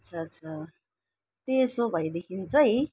अच्छा अच्छा त्यसो भएदेखि चाहिँ